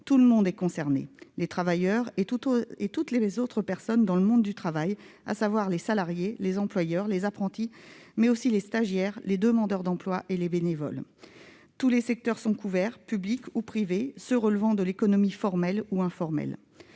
Tout le monde est concerné : les travailleurs et tous les autres acteurs du monde du travail, à savoir les salariés, les employeurs, les apprentis, mais aussi les stagiaires, les demandeurs d'emploi et les bénévoles. Le texte couvre tous les secteurs : le public comme le privé, les secteurs relevant de l'économie formelle ou informelle.